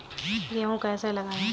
गेहूँ कैसे लगाएँ?